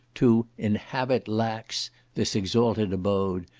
to inhabit lax this exalted abode,